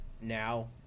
now